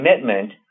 commitment